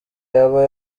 yaba